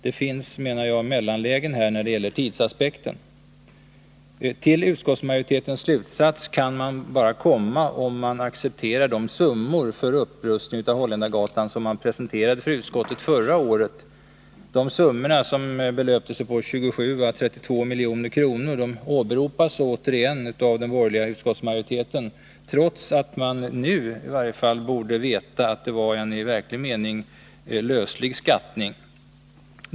Det finns mellanlägen när det gäller tidsaspekten. Till utskottsmajoritetens slutsats kan man komma bara om man accepterar de summor för upprustning av enheten vid Holländargatan som presenterades för utskottet förra året. De summorna, som uppgick till 27 å 32 milj.kr., åberopas åter av den borgerliga utskottsmajoriteten, trots att man i varje fall nu borde veta att det var en i verklig mening löslig skattning.